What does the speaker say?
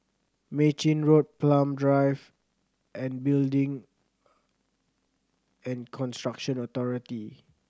Mei Chin Road Palm Drive and Building and Construction Authority